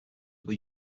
were